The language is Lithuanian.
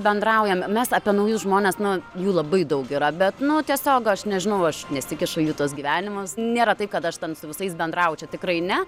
bendraujame mes apie naujus žmones nu jų labai daug yra bet nu tiesiog aš nežinau aš nesikišu į jų tuos gyvenimus nėra taip kad aš ten su visais bendraučiau tikrai ne